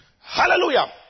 Hallelujah